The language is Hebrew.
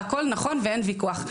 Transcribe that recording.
הכול נכון ואין ויכוח,